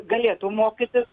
galėtų mokytis